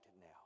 now